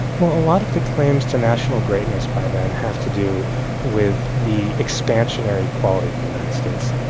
well, a lot of the claims to national greatness by then have to do with the expansionary quality of the united states.